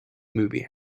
movie